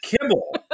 Kibble